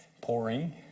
pouring